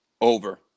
over